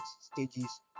stages